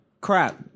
crap